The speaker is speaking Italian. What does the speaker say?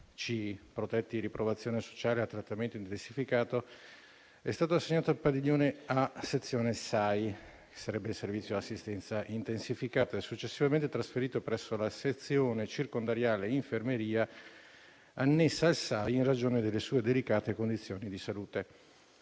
soggetti a riprovazione sociale e a trattamento intensificato, è stato assegnato al padiglione A sezione SAI, che sarebbe il Servizio di assistenza intensificata, e successivamente trasferito presso la sezione circondariale infermeria annessa al SAI in ragione delle sue delicate condizioni di salute.